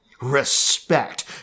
Respect